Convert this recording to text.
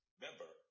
Member